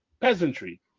peasantry